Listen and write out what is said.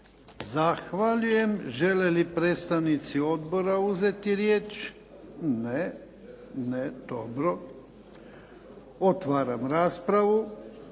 Zahvaljujem. Žele li predstavnici odbora uzeti riječ? Ne. dobro. Otvaram raspravu.